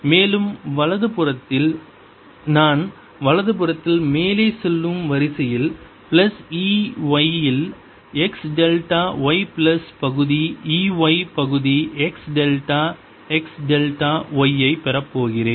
மேலும் வலது புறத்தில் நான் வலதுபுறத்தில் மேலே செல்லும் வரிசையில் பிளஸ் E y இல் x டெல்டா y பிளஸ் பகுதி E y பகுதி x delta x delta y ஐப் பெறப் போகிறேன்